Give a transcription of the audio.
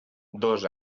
dos